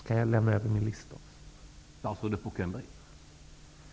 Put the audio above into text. Jag överlämnar så min lista till statsrådet.